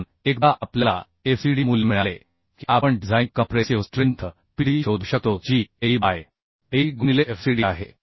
म्हणून एकदा आपल्याला FCD मूल्य मिळाले की आपण डिझाईन कंप्रेसिव्ह स्ट्रेंथ PDE शोधू शकतो जी AE बाय AE गुनिले FCD आहे